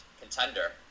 contender